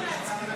20 להצביע.